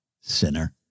Sinner